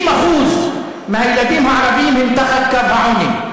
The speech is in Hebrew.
60% מהילדים הערבים הם מתחת קו העוני.